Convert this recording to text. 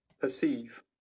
perceive